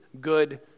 Good